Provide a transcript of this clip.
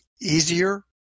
easier